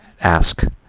ask